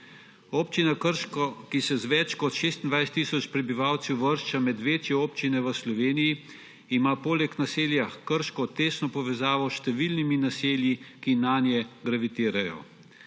Občina Krško, ki se z več kot 26 tisoč prebivalci uvršča med večje občine v Sloveniji, ima poleg naselja Krško tesno povezavo s številnimi naselji, ki nanje gravitirajo.